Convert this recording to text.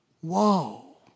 whoa